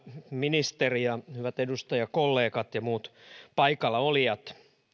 ministeri ja hyvät edustajakollegat ja muut paikalla olijat